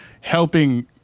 helping